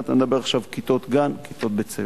אני מדבר עכשיו על כיתות גן ובתי-ספר.